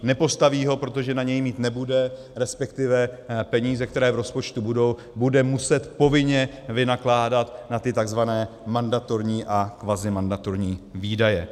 Nepostaví ho, protože na něj mít nebude, resp. peníze, které v rozpočtu budou, bude muset povinně vynakládat na ty tzv. mandatorní a kvazimandatorní výdaje.